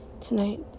tonight